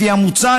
לפי המוצע,